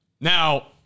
Now